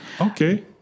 Okay